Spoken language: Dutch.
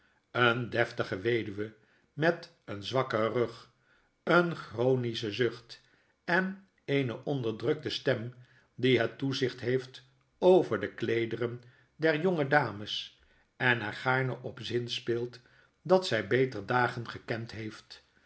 eene deftige weduwe met een zwakken rug eenchronischen zucht en eene onderdrukte stem die het toezicht heeft over de kleederen der jonge dames en er gaarne op zinspeelt dat zy beter dagen gekend heeft